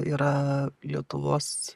yra lietuvos